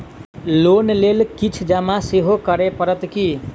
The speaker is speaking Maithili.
लोन लेल किछ जमा सेहो करै पड़त की?